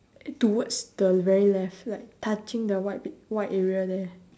towards the very left like touching the white pic~ white area there